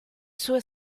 sue